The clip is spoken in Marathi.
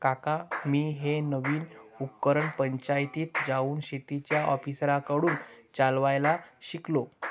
काका मी हे नवीन उपकरण पंचायतीत जाऊन शेतीच्या ऑफिसरांकडून चालवायला शिकलो